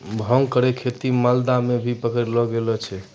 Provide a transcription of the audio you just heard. भांगो केरो खेती मालदा म भी पकड़लो गेलो छेलय